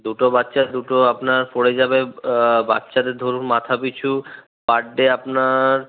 দুটো বাচ্চা দুটো আপনার পড়ে যাবে বাচ্চাদের ধরুন মাথাপিছু পার ডে আপনার